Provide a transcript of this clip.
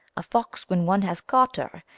a fox when one has caught her,